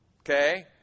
okay